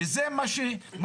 וזה מה שמפתיע.